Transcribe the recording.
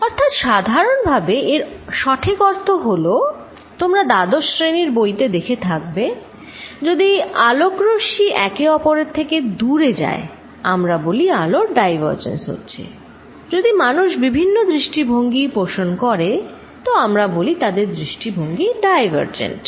অর্থাৎ সাধারণভাবে এর সঠিক অর্থ হলো তোমরা দ্বাদশ শ্রেণীর বইতে দেখে থাকবে যদি আলোকরশ্মি একে অপরের থেকে দূরে যায় আমরা বলি আলোর ডাইভারজেন্স হচ্ছে যদি মানুষ বিভিন্ন দৃষ্টিভঙ্গি পোষণ করে তো আমরা বলি তাদের দৃষ্টিভঙ্গি ডাইভারজেন্ট